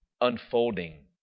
unfolding